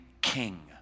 king